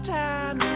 time